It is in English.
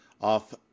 off